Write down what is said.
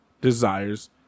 desires